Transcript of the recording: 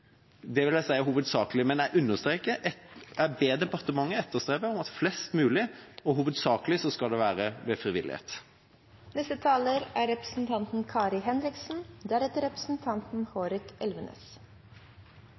Det vil jeg si betyr «hovedsakelig», men jeg understreker at jeg ber departementet etterstrebe at dette i flest mulig tilfeller og hovedsakelig skjer ved frivillighet. Jeg er